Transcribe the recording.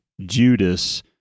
Judas